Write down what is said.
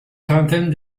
trentaine